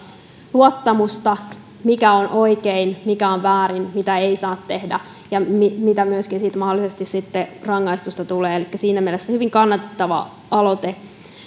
luottamusta siihen mikä on oikein mikä on väärin mitä ei saa tehdä ja mitä siitä myöskin sitten mahdollisesti rangaistusta tulee elikkä siinä mielessä hyvin kannatettava aloite